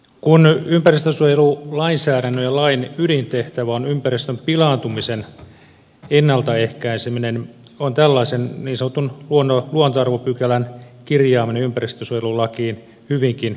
kun ympäristönsuojelulainsäädännön ja lain ydintehtävä on ympäristön pilaantumisen ennaltaehkäiseminen on tällaisen niin sanotun luontoarvopykälän kirjaaminen ympäristönsuojelulakiin hyvinkin kyseenalaista